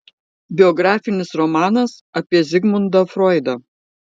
biografinis romanas apie zigmundą froidą